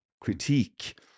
critique